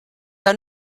que